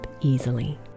easily